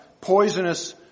poisonous